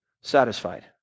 satisfied